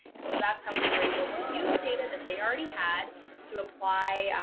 and so that's how we were able to use data that they already had to apply,